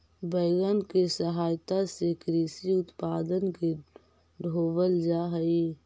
wagon के सहायता से कृषि उत्पादन के ढोवल जा हई